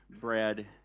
bread